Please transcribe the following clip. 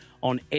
on